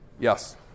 Yes